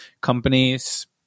companies